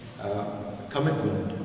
commitment